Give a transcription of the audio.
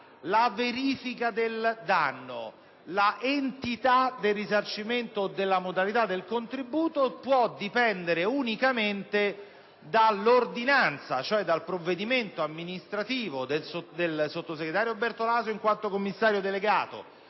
la verifica del danno e l'entità del risarcimento o della modalità del contributo possono dipendere unicamente dall'ordinanza, cioè dal provvedimento amministrativo del sottosegretario Bertolaso, in quanto commissario delegato,